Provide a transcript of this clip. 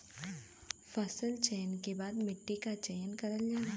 फसल चयन के बाद मट्टी क चयन करल जाला